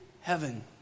heaven